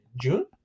June